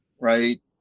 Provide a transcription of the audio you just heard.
right